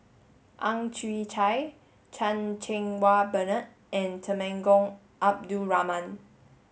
Ang Chwee Chai Chan Cheng Wah Bernard and Temenggong Abdul Rahman